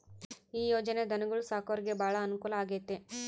ಈ ಯೊಜನೆ ಧನುಗೊಳು ಸಾಕೊರಿಗೆ ಬಾಳ ಅನುಕೂಲ ಆಗ್ಯತೆ